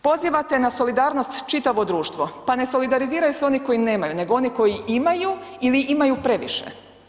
Pozivate na solidarnost čitavo društvo, pa ne solidariziraju se oni koji nemaju nego oni koji imaju ili imaju previše.